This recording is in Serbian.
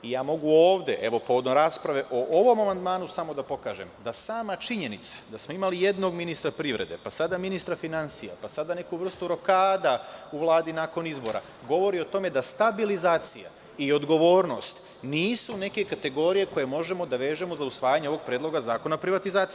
Mogu ovde, povodom rasprave o ovom amandmanu samo da pokažem da sama činjenica da smo imali jednog ministra privrede, pa sada ministra finansija, pa sada neku vrstu rokada u Vladi nakon izbora, govori o tome da stabilizacija i odgovornost nisu neke kategorije koje možemo da vežemo za usvajanje ovog Predloga zakona o privatizaciji.